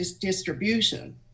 distribution